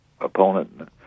opponent